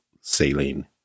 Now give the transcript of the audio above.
saline